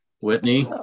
Whitney